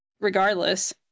regardless